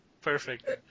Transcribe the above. Perfect